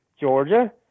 Georgia